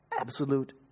absolute